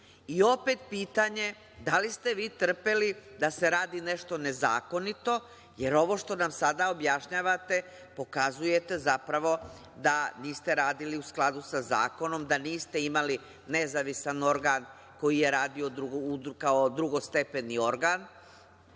I, opet pitanje da li ste vi trpeli da se radi nešto nezakonito, jer ovo što nam sada objašnjavate pokazujete zapravo da niste radili u skladu sa zakonom, da niste imali nezavisan organ koji je radio kao drugostepeni organ.